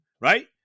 right